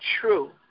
true